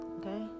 okay